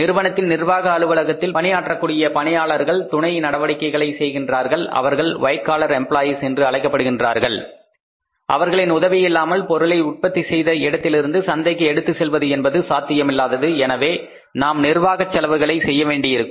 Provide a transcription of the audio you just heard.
நிறுவனத்தின் நிர்வாக அலுவலகத்தில் பணியாற்றக்கூடிய பணியாளர்கள் துணை நடவடிக்கைகளை செய்கின்றார்கள் அவர்கள் வைட் காலர் எம்ப்ளாயீஸ் என்று அழைக்கப் படுகின்றார்கள் அவர்களின் உதவியில்லாமல் பொருளை உற்பத்தி செய்த இடத்திலிருந்து சந்தைக்கு எடுத்துச் செல்வது என்பது சாத்தியமில்லாதது எனவே நாம் நிர்வாகச் செலவுகளை செய்யவேண்டியிருக்கும்